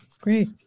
Great